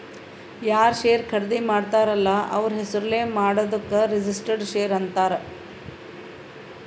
ಯಾರ್ ಶೇರ್ ಖರ್ದಿ ಮಾಡ್ತಾರ ಅಲ್ಲ ಅವ್ರ ಹೆಸುರ್ಲೇ ಮಾಡಾದುಕ್ ರಿಜಿಸ್ಟರ್ಡ್ ಶೇರ್ ಅಂತಾರ್